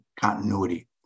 continuity